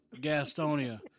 Gastonia